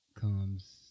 Comes